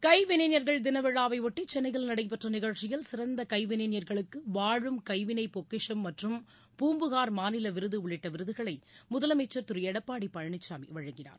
கைவினைஞர்கள் தின விழாவையொட்டி சென்னையில் நடைபெற்ற நிகழ்ச்சியில் சிறந்த கைவினைஞர்களுக்கு வாழும் கைவினை பொக்கிஷம் மற்றும் பூம்புகார் மாநில விருது உள்ளிட்ட விருதுகளை முதலமைச்சர் திரு எடப்பாடி பழனிசாமி வழங்கினார்